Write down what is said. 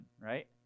right